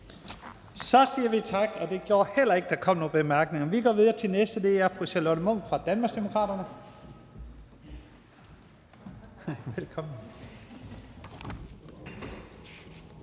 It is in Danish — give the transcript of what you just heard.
Så siger vi tak, og det gjorde heller ikke, at der kom nogen korte bemærkninger. Vi går videre til den næste, og det er fru Charlotte Munch fra Danmarksdemokraterne. Velkommen.